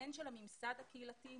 הן של הממסד הקהילתי,